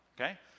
Okay